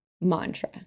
mantra